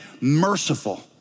merciful